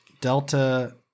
Delta